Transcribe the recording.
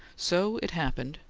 so, it happened,